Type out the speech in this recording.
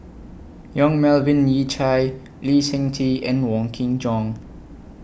Yong Melvin Yik Chye Lee Seng Tee and Wong Kin Jong